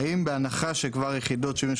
האם בהנחה שיחידות 70,